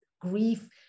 grief